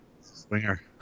Swinger